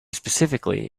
specifically